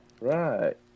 Right